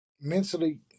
mentally